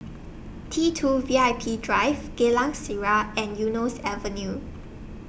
T two V I P Drive Geylang Serai and Eunos Avenue